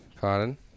Pardon